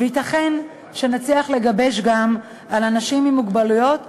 וייתכן שנצליח לגבש גם לגבי אנשים עם מוגבלויות,